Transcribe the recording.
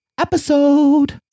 episode